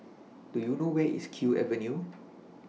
Do YOU know Where IS Kew Avenue